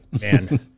man